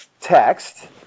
text